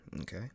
okay